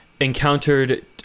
encountered